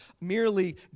merely